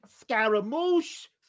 Scaramouche